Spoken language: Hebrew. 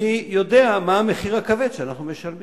אני יודע מהו המחיר הכבד שאנחנו משלמים.